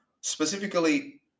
Specifically